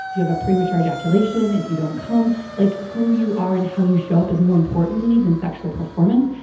if you have a premature ejaculation, if you don't cum. like who you are and how you show up is more important to me than sexual performance.